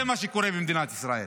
זה מה שקורה במדינת ישראל.